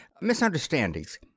misunderstandings